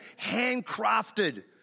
handcrafted